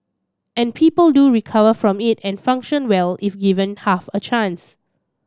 and people do recover from it and function well if given half a chance